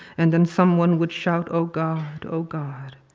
and then someone would shout, oh god, oh god.